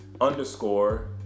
underscore